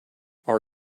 our